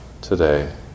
today